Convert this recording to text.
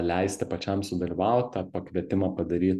leisti pačiam sudalyvaut tą pakvietimą padaryt